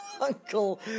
Uncle